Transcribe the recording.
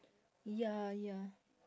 ya ya